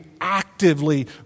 actively